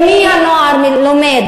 ממי הנוער לומד?